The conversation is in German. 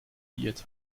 geirrt